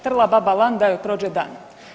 Trla baba lan da joj prođe dan!